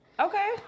Okay